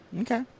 Okay